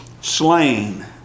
slain